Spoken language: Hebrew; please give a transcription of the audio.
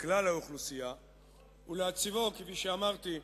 מכלל האוכלוסייה ולהציבו, כפי שאמרתי,